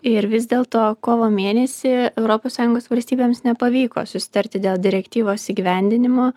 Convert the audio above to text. ir vis dėlto kovo mėnesį europos sąjungos valstybėms nepavyko susitarti dėl direktyvos įgyvendinimo